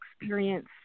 experience